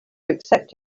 accept